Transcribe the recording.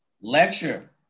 lecture